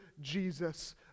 Jesus